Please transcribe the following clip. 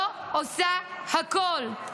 לא עושה הכול.